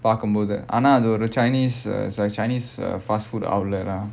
பார்க்கும் போது ஆனா அது ஒரு:paarkkum pothu aanaa adhu oru chinese uh it's a chinese uh fast food outlet lah